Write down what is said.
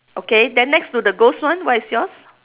okay then next to the ghost one what is yours